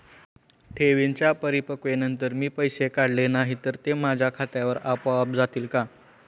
ठेवींच्या परिपक्वतेनंतर मी पैसे काढले नाही तर ते माझ्या खात्यावर आपोआप जातील का?